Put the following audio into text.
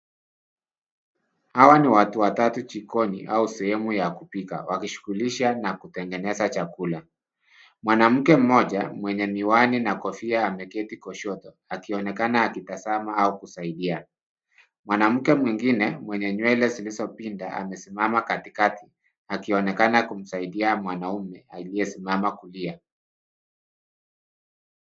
Hawa ni watu watatu jikoni au sehemu ya kupika ,Wakishughulisha na kutengeneza chakula. mwanamme mmoja mwenye miwani na kofia, ameketi kushoto akionekana akitazama, au kusaidia. Mwanamke mwingine mwenye nywele zilizopinda amesimama katikati ,akionekana kumsaidia mwanaume aliyesimama kulia.